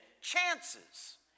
chances